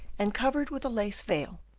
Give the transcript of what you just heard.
and covered with a lace veil,